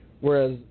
whereas